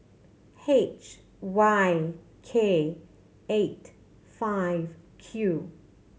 H Y K eight five Q